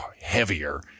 heavier